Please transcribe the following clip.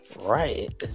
Right